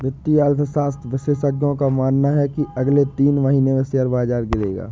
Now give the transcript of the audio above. वित्तीय अर्थशास्त्र विशेषज्ञों का मानना है की अगले तीन महीने में शेयर बाजार गिरेगा